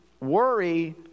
worry